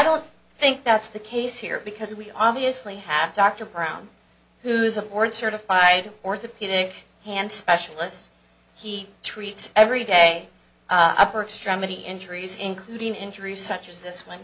don't think that's the case here because we obviously have dr brown who's a board certified orthopedic hand specialist he treats every day upper extremity injuries including injuries such as this one